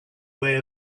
way